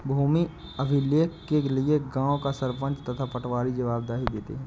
भूमि अभिलेख के लिए गांव का सरपंच तथा पटवारी जवाब देते हैं